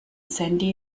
sandy